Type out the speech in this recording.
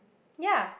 ya